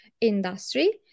industry